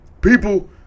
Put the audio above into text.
People